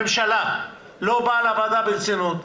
מאחר והממשלה לא באה לוועדה ברצינות,